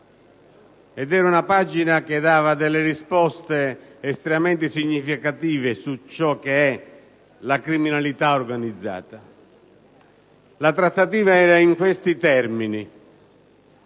ed era una pagina che dava delle risposte estremamente significative su ciò che è la criminalità organizzata. La trattativa era in questi termini: